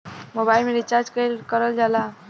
Mobile में recharge कइसे करल जाला?